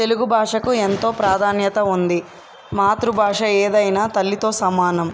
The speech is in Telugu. తెలుగు భాషకు ఎంతో ప్రాధాన్యత ఉంది మాతృభాష ఏదైనా తల్లితో సమానం